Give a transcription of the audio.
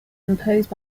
imposed